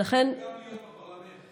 צריכים להיות גם בפרלמנט.